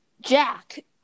Jack